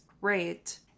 great